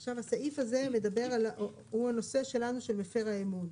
עכשיו הסעיף הזה מדבר על הנושא שלנו של מפר האמון,